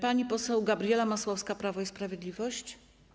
Pani poseł Gabriela Masłowska, Prawo i Sprawiedliwość.